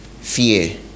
fear